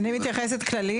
אני מתייחסת כללית.